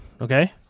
Okay